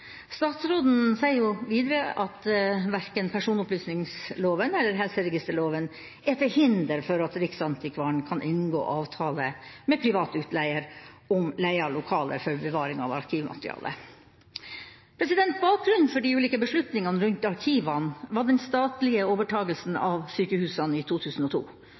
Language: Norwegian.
Statsråden sier videre at verken personopplysningsloven eller helseregisterloven er til hinder for at Riksarkivaren kan inngå avtale med privat utleier om leie av lokaler for bevaring av arkivmateriale. Bakgrunnen for de ulike beslutningene rundt arkivene var den statlige overtakelsen av sykehusene i 2002.